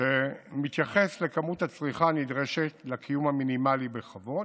שמתייחס לכמות הצריכה הנדרשת לקיום מינימלי בכבוד.